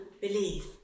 believe